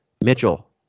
Mitchell